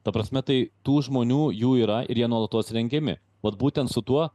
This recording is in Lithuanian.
ta prasme tai tų žmonių jų yra ir jie nuolatos rengiami vat būtent su tuo